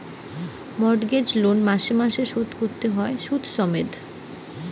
mortgage loan মাসে মাসে শোধ কোরতে হয় শুধ সমেত